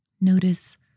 Notice